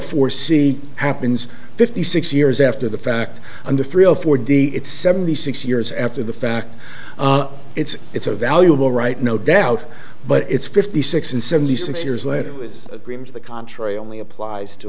c happens fifty six years after the fact under three or four d it's seventy six years after the fact it's it's a valuable right no doubt but it's fifty six and seventy six years later it was a dream to the contrary only applies to